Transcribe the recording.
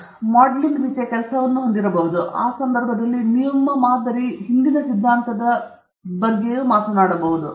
ನೀವು ಮಾಡೆಲಿಂಗ್ ರೀತಿಯ ಕೆಲಸವನ್ನು ಹೊಂದಿರಬಹುದು ಆ ಸಂದರ್ಭದಲ್ಲಿ ನೀವು ಆ ಮಾದರಿಯ ಹಿಂದಿನ ಸಿದ್ಧಾಂತದ ಬಗ್ಗೆ ಏನಾದರೂ ಮಾತನಾಡುತ್ತೀರಿ